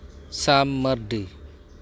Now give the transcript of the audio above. Sam Mardi